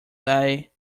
way